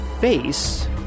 face